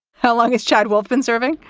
how long is chad wolf been serving?